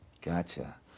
Gotcha